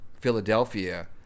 Philadelphia